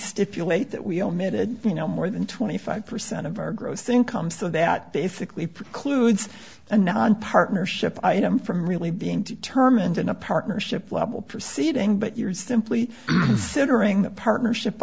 stipulate that we omitted you know more than twenty five percent of our gross income so that basically precludes a non partnership item from really being determined in a partnership level proceeding but